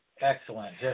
Excellent